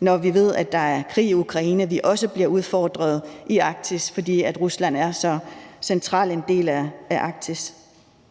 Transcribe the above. når vi ved, at der er krig i Ukraine, og vi også bliver udfordret i Arktis, fordi Rusland er så central en del af Arktis.